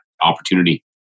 opportunity